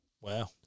Wow